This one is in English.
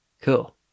Cool